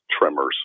Tremors